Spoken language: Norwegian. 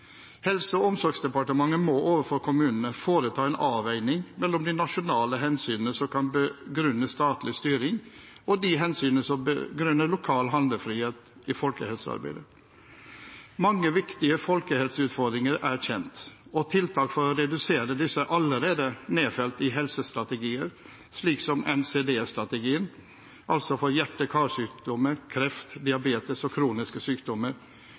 Helse- og omsorgsdepartementet må overfor kommunene foreta en avveining mellom de nasjonale hensynene som kan begrunne statlig styring, og de hensynene som begrunner lokal handlefrihet i folkehelsearbeidet. Mange viktige folkehelseutfordringer er kjent, og tiltak for å redusere disse er allerede nedfelt i helsestrategier, slik som NCD-strategien – altså for hjerte- og karsykdommer, kreft, diabetes og kroniske sykdommer